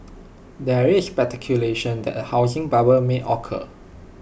there is speculation that A housing bubble may occur